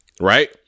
right